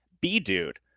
B-Dude